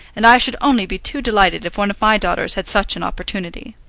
and i should only be too delighted if one of my daughters had such an opportunity.